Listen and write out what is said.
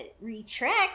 retract